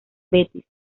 betis